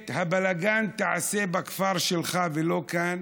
את הבלגן תעשה בכפר שלך ולא כאן,